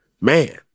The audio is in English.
man